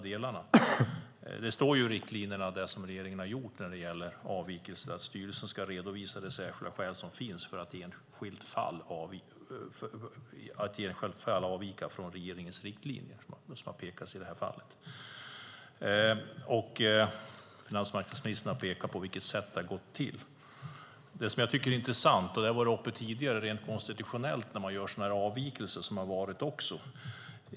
Det som regeringen har bestämt när det gäller avvikelser står i riktlinjerna, nämligen att styrelsen ska redovisa de särskilda skäl som finns för att i ett enskilt fall avvika från regeringens riktlinjer. Finansmarknadsministern har pekat på hur det har gått till. Jag tycker att det är intressant rent konstitutionellt, vilket har tagits upp tidigare, när man gör sådana avvikelser.